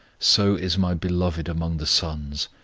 so is my beloved among the sons.